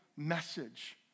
Message